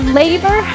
labor